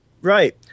Right